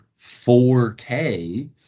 4k